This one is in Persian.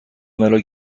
مرا